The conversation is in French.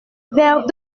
vers